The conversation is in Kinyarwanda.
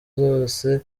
zose